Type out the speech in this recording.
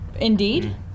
Indeed